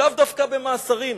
לאו דווקא במאסרים,